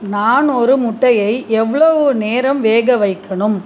நான் ஒரு முட்டையை எவ்வளவு நேரம் வேக வைக்கணும்